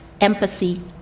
empathy